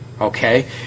okay